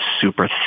super